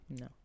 No